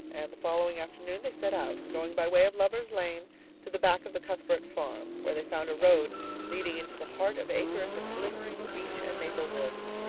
and the following afternoon they set out, going by way of lover's lane to the back of the cuthbert farm, where they found a road leading into the heart of acres of glimmering beech and maple woods,